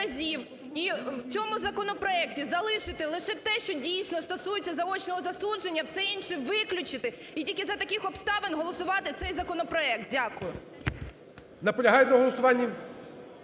і в цьому законопроекті залишити лише те, що, дійсно, стосується заочного засудження, все інше виключити, і тільки за таких обставин голосувати цей законопроект. Дякую.